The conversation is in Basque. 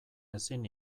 ezin